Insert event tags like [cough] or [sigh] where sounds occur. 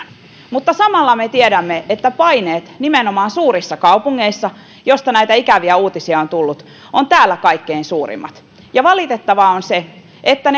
mutta samalla me tiedämme että paineet nimenomaan täällä suurissa kaupungeissa mistä näitä ikäviä uutisia on tullut ovat kaikkein suurimmat ja valitettavaa on se että [unintelligible]